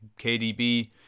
KDB